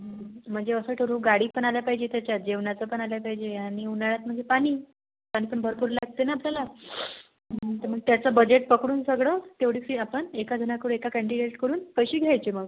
म्हणजे असं ठरवू गाडी पण आलं पाहिजे त्याच्यात जेवणाचं पण आलं पाहिजे आणि उन्हाळ्यात म्हणजे पाणी पाणी पण भरपूर लागते नं आपल्याला तर मग त्याचं बजेट पकडून सगळं तेवढी फी आपण एका जणाकडून एका कँडिडेटकडून पैसे घ्यायचे मग